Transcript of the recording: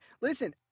Listen